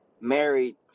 married